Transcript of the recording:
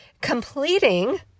completing